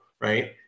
right